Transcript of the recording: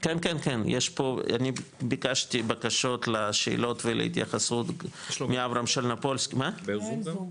אני ביקשתי בקשות לשאלות ולהתייחסות מאברהם --- אין זום?